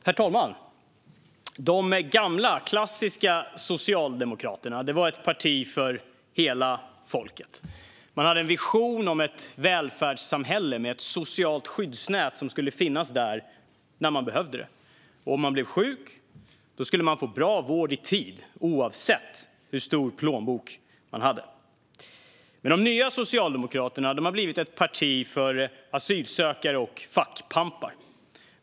Herr talman! De gamla, klassiska Socialdemokraterna var ett parti för hela folket. Man hade en vision om ett välfärdssamhälle, med ett socialt skyddsnät som skulle finnas där när man behövde det. Om man blev sjuk skulle man få bra vård i tid, oavsett hur stor plånbok man hade. De nya Socialdemokraterna har blivit ett parti för asylsökande och fackpampar.